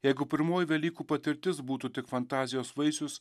jeigu pirmoji velykų patirtis būtų tik fantazijos vaisius